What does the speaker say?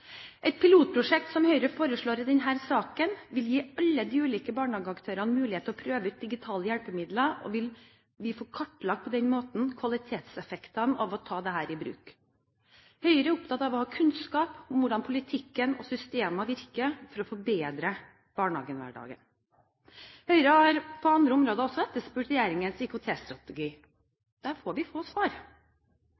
Et pilotprosjekt som Høyre foreslår i denne saken, vil gi alle de ulike barnehageaktørene mulighet til å prøve ut digitale hjelpemidler. Vi vil på den måten få kartlagt kvalitetseffektene av å ta dette i bruk. Høyre er opptatt av å ha kunnskap om hvordan politikken og systemene virker for å forbedre barnehagehverdagen. Høyre har også på andre områder etterspurt regjeringens